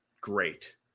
great